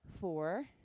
four